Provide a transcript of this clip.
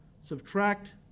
Subtract